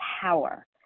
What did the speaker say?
power